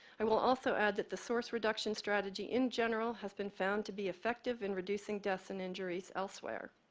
i will also add that the source reduction strategy in general has been found to be effective in reducing deaths and injuries elsewhere.